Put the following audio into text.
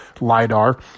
LiDAR